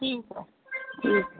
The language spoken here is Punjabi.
ਜੀ ਠੀਕ ਆ